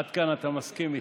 עד כאן אתה מסכים איתי.